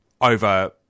over